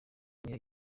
n’iyo